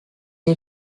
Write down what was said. est